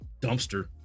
dumpster